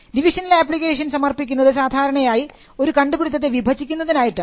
divisional application സമർപ്പിക്കുന്നത് സാധാരണയായി ഒരു കണ്ടുപിടുത്തത്തെ വിഭജിക്കുന്നതിനായിട്ടാണ്